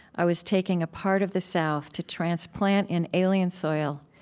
i was taking a part of the south to transplant in alien soil,